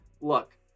Look